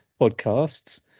podcasts